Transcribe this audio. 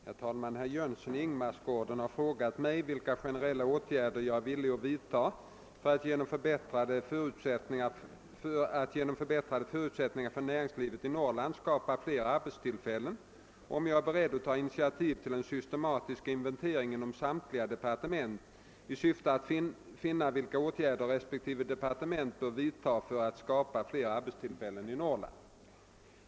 Herr talman! Herr Jönsson i Ingemarsgården har frågat mig vilka generella åtgärder jag är villig att vidta för att genom förbättrade förutsättningar för näringslivet i Norrland skapa fler arbetstillfällen och om jag är beredd att ta initiativ till en systematisk inventering inom samtliga departement i syfte att finna vilka åtgärder respektive departement bör vidta för att skapa fler arbetstillfällen i Norrland.